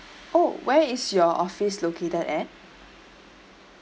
oh where is your office located at